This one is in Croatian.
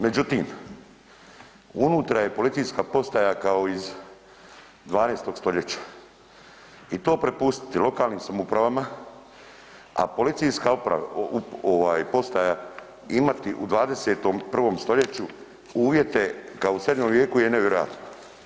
Međutim, unutra je policijska postaja kao iz 12. stoljeća i to prepustiti lokalnim samoupravama, a policijska postaja imati u 21. stoljeću uvjete kao u srednjem vijeku je nevjerojatno.